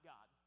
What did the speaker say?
God